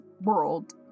world